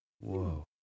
Whoa